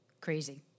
crazy